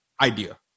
idea